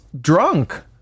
drunk